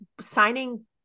signing